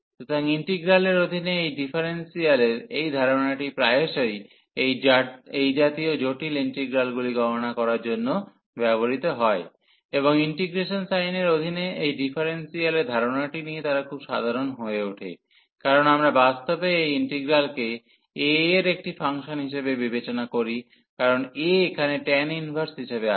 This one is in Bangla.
সুতরাং ইন্টিগ্রালের অধীনে এই ডিফারেন্সিয়ালের এই ধারণাটি প্রায়শই এই জাতীয় জটিল ইন্টিগ্রালগুলি গণনা করার জন্য ব্যবহৃত হয় এবং ইন্টিগ্রেশন সাইনের অধীনে এই ডিফারেন্সিয়ালের ধারণাটি নিয়ে তারা খুব সাধারণ হয়ে ওঠে কারণ আমরা বাস্তবে এই ইন্টিগ্রালকে a এর একটি ফাংশন হিসাবে বিবেচনা করি কারণ a এখানে ট্যান ইনভার্স হিসাবে আছে